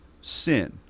sin